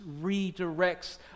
redirects